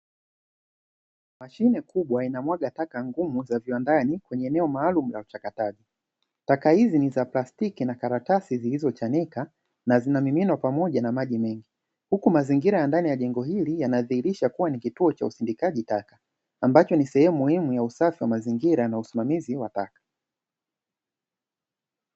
Mashine kubwa inamwaga taka ngumu za viwandani kwenye eneo maalumu la uchakataji, taka hizi ni za plastiki na karatasi zilizochanika na zinamiminwa pamoja na maji mengi, huku mazingira ya ndani ya jengo hili yanadhihirisha kuwa ni kituo cha usindikaji taka ambacho ni sehemu muhimu ya usafi wa mazingira na usimamizi wa taka.